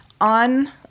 on